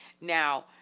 Now